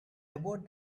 about